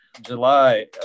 july